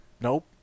Nope